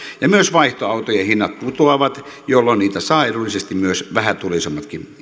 ja myös vaihtoautojen hinnat putoavat jolloin niitä saavat edullisesti myös vähätuloisemmatkin